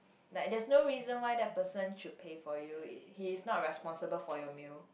like that's no reason why that person should pay for you he is not responsible for your meal